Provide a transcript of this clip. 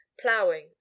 ploughing